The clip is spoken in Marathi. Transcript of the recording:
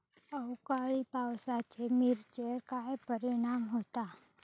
अवकाळी पावसाचे मिरचेर काय परिणाम होता?